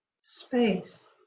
space